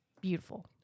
beautiful